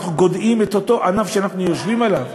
אנחנו גודעים את אותו ענף שאנחנו יושבים עליו.